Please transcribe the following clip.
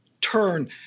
turn